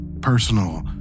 personal